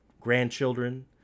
grandchildren